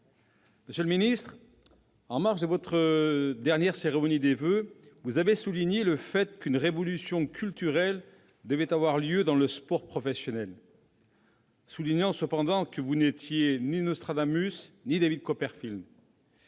Monsieur le secrétaire d'État, en marge de votre dernière cérémonie de voeux, vous avez insisté sur le fait qu'« une révolution culturelle devait avoir lieu dans le sport professionnel », soulignant cependant que vous n'étiez « ni Nostradamus ni David Copperfield